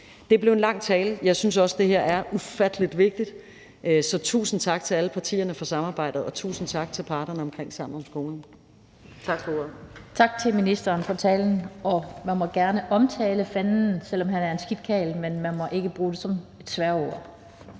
Det blev en lang tale. Jeg synes også, det her er ufattelig vigtigt. Så tusind tak til alle partierne for samarbejdet, og tusind tak til parterne omkring Sammen om skolen. Tak for ordet. Kl. 17:47 Den fg. formand (Annette Lind): Tak til ministeren for talen, og man må gerne omtale Fanden, selv om han er en skidt karl, men man må ikke bruge det som et bandeord.